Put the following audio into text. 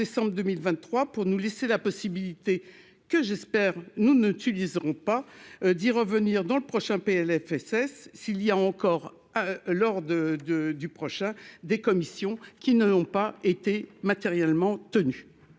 pour nous laisser la possibilité que j'espère nous ne t'utiliseront pas d'y revenir dans le prochain PLFSS s'il y a encore lors de de du prochain des commissions qui ne l'ont pas été matériellement tenue.